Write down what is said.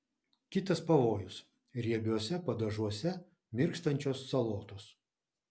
kitas pavojus riebiuose padažuose mirkstančios salotos